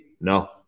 No